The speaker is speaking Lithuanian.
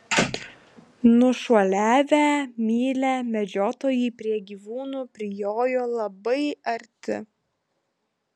nušuoliavę mylią medžiotojai prie gyvūnų prijojo labai arti